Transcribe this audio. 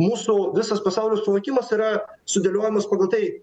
mūsų visas pasaulio suvokimas yra sudėliojamas pagal tai